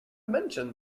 mentioned